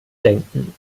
denken